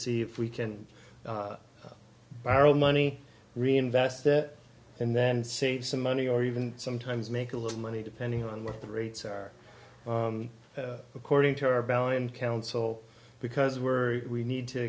see if we can borrow money reinvest it and then save some money or even sometimes make a little money depending on what the rates are according to our bow and counsel because we're we need to